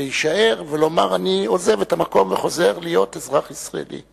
להישאר ולומר: אני עוזב את המקום וחוזר להיות אזרח ישראלי?